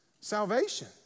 salvation